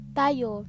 tayo